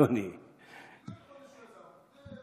הזכות שלו.